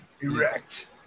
Erect